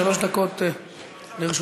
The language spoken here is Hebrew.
שלוש דקות לרשותך.